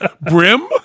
Brim